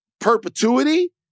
perpetuity